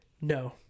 no